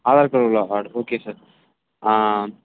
ஆதார் கார்ட்ல உள்ள card okay sir ஆ